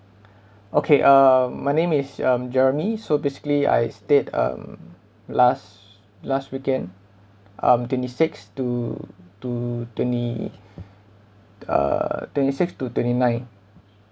okay um my name is um jeremy so basically I stayed um last last weekend um twenty six to to twenty uh twenty six to twenty nine